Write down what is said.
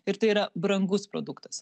ir tai yra brangus produktas